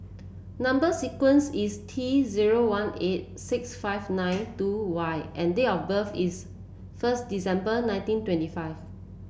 number sequence is T zero one eight six five nine two Y and date of birth is first December nineteen twenty five